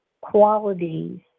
qualities